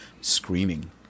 screaming